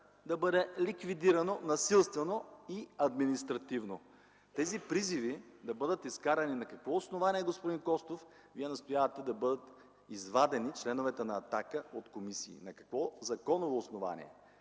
да бъде ликвидирано насилствено и административно. Тези призиви да бъдат изкарани. На какво основание, господин Костов, Вие настоявате да бъдат извадени членовете на „Атака” от комисиите? На какво законово основание?